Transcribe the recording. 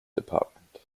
department